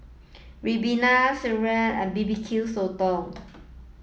Ribena Sireh and B B Q Sotong